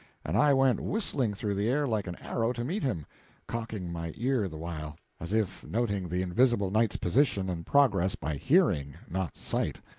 and i went whistling through the air like an arrow to meet him cocking my ear the while, as if noting the invisible knight's position and progress by hearing, not sight.